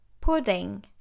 pudding